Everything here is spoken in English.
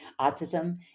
Autism